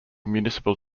municipal